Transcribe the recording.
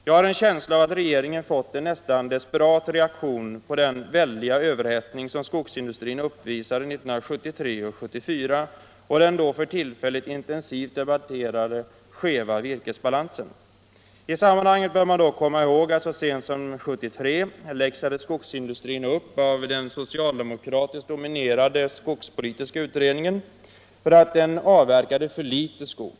Jag har en känsla av att regeringen visat en nästan desperat reaktion på den väldiga överhettning som skogsindustrin uppvisade 1973 och 1974 och den då för tillfället intensivt debatterade skeva virkesbalansen. I sammanhanget bör man dock komma ihåg att så sent som 1973 läxades skogsindustrin upp av den socialdemokratiskt dominerade skogspolitiska utredningen för att den avverkade för litet skog.